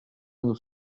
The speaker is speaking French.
nous